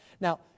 Now